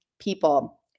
people